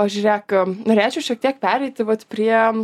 pažiūrėk norėčiau šiek tiek pereiti vat prie